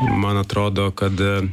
man atrodo kad